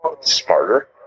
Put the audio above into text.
smarter